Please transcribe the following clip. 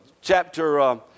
Chapter